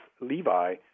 Levi